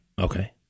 Okay